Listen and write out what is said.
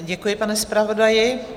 Děkuji, pane zpravodaji.